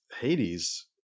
Hades